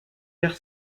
perd